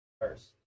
first